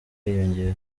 yiyongera